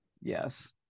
Yes